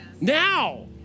now